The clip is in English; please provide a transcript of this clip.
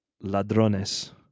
ladrones